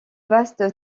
vaste